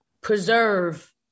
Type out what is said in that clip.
preserve